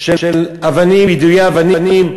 של אבנים, יידויי אבנים,